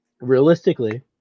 realistically